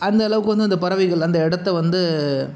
அந்த அளவுக்கு வந்து அந்த பறவைகள் அந்த இடத்த வந்து